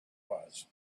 was